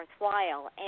worthwhile